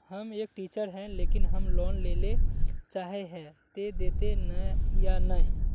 हम एक टीचर है लेकिन हम लोन लेले चाहे है ते देते या नय?